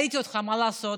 ראיתי אותך, מה לעשות?